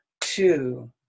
two